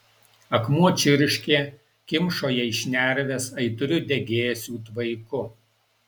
akmuo čirškė kimšo jai šnerves aitriu degėsių tvaiku